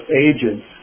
agents